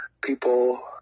People